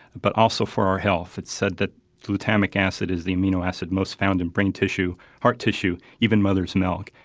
but also for our health. it's said that glutamic acid is the amino acid most found in brain tissue, heart tissue, even mother's milk.